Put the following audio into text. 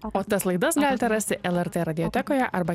o tas laidas galite rasti lrt radiotekoje arba